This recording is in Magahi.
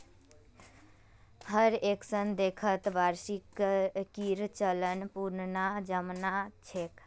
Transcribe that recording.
हर एक्खन देशत वार्षिकीर चलन पुनना जमाना छेक